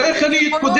אז איך אני אתמודד?